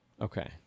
Okay